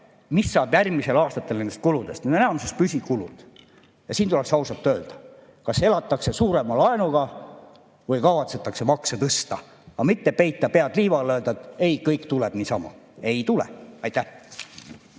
mis saab järgmistel aastatel nendest kuludest. Need on enamuses püsikulud ja siin tuleks ausalt öelda, kas elatakse suurema laenuga või kavatsetakse makse tõsta, aga mitte peita pead liiva alla ja öelda, et kõik tuleb niisama. Ei tule. Aitäh!